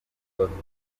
bafite